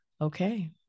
Okay